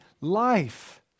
life